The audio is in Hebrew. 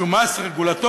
שהוא מס רגולטורי,